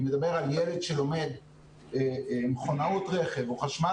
אני מדבר על ילד שלומד מכונאות רכב או חשמל